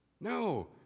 No